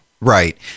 Right